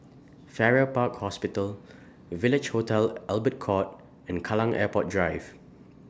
Farrer Park Hospital Village Hotel Albert Court and Kallang Airport Drive